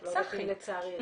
אני מודה.